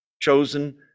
chosen